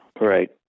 right